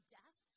death